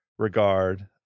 regard